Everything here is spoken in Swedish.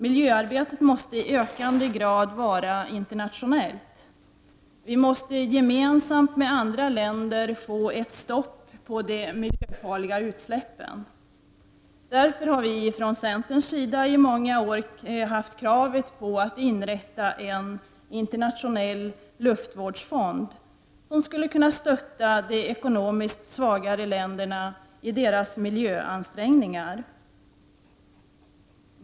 Miljöarbetet måste i ökande grad vara internationellt. Vi måste gemensamt med andra länder få ett stopp på de miljöfarliga utsläppen. Därför har vi från centern i många år drivit kravet på att inrätta en internationell luftvårdsfond som stöd till de ekonomiskt svagare länderna i deras miljöansträngningar.